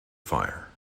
fire